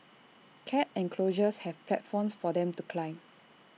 cat enclosures have platforms for them to climb